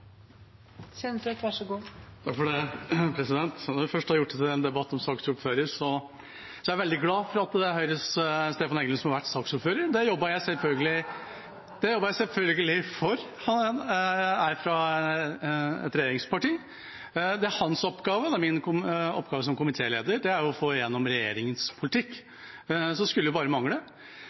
Når vi først har gjort det til en debatt om saksordfører, er jeg veldig glad for at det er Høyres Stefan Heggelund som har vært saksordfører. Det jobbet jeg selvfølgelig for, han er jo fra et regjeringsparti. Det er hans oppgave som saksordfører og min oppgave som komitéleder å få igjennom regjeringas politikk. Så det skulle bare mangle. Mitt poeng er at hvis opposisjonen hadde vært så samlet som